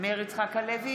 מאיר יצחק הלוי,